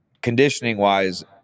conditioning-wise